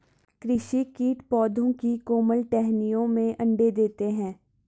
कृषि कीट पौधों की कोमल टहनियों में अंडे देते है